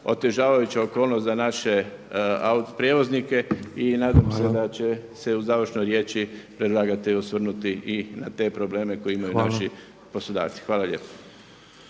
otežavajuća okolnost za naše prijevoznike i nadam se da će se u završnoj riječi predlagatelj osvrnuti i na te probleme koje imaju naši poslodavci. Hvala lijepo.